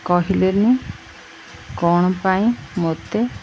କହିଲେନି କ'ଣ ପାଇଁ ମୋତେ